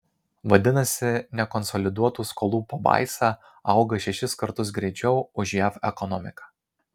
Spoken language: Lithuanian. vadinasi nekonsoliduotų skolų pabaisa auga šešis kartus greičiau už jav ekonomiką